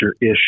issue